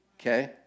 okay